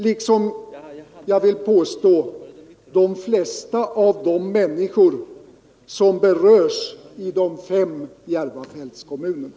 Det gör, vill jag påstå, också de flesta av de människor som berörs i de fem Järvafältskommunerna.